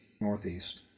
Northeast